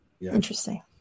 interesting